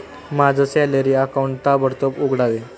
माझं salary account ताबडतोब उघडावे